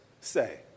say